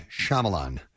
Shyamalan